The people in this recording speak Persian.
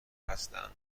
هستند